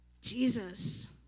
Jesus